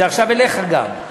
זה עכשיו אליך גם,